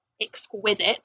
exquisite